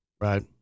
right